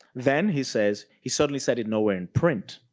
then he says, he suddenly said it nowhere in print,